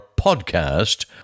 podcast